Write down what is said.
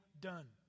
done